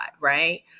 right